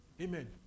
Amen